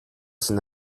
sind